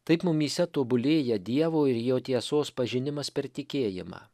taip mumyse tobulėja dievo ir jo tiesos pažinimas per tikėjimą